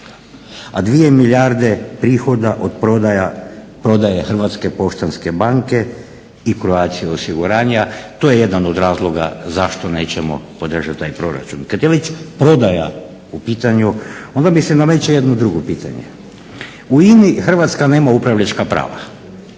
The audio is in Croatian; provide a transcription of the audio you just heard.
A 2 milijarde prihoda od prodaje Hrvatske poštanske banke i Croatia osiguranja to je jedan od razloga zašto nećemo podržati taj proračun. Kada je već prodaja u pitanju onda mi se nameće jedno drugo pitanje. U INA-i Hrvatska nema upravljačka prava,